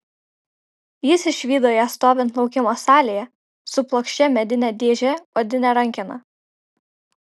jis išvydo ją stovint laukimo salėje su plokščia medine dėže odine rankena